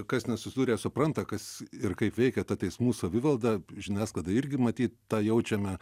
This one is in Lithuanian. kas nesusidūrė supranta kas ir kaip veikia ta teismų savivalda žiniasklaida irgi matyt tą jaučiame